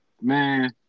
man